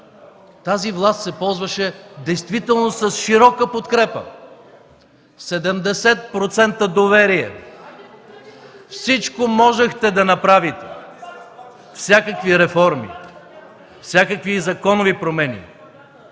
тази власт се ползваше действително с широка подкрепа – 70% доверие! Всичко можехте да направите (шум и реплики) – всякакви реформи, всякакви законови промени,